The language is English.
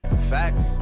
Facts